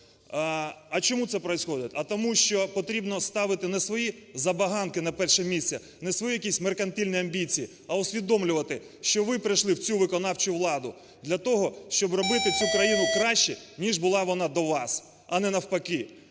А чому це происходит? А тому, що потрібно ставити не свої забаганки на перше місце, не свої якісь меркантильні амбіції, а усвідомлювати, що ви прийшли в цю виконавчу владу для того, щоб робити цю країну краще ніж була вона до вас, а не навпаки.